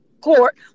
court